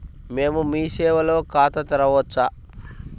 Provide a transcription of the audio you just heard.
మేము మీ సేవలో ఖాతా తెరవవచ్చా?